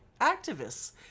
activists